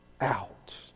out